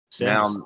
now